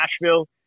Nashville